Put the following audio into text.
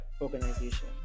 organization